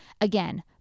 Again